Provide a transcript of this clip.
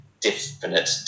definite